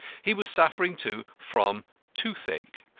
he was suffering, too, from toothache.